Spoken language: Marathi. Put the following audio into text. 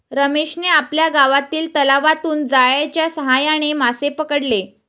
रमेशने आपल्या गावातील तलावातून जाळ्याच्या साहाय्याने मासे पकडले